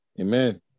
Amen